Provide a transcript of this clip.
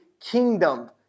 kingdom